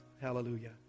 Hallelujah